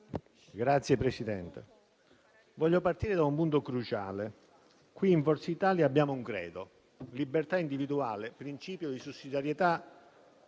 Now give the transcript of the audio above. Signor Presidente, voglio partire da un punto cruciale. Qui in Forza Italia abbiamo un credo: libertà individuale, principio di sussidiarietà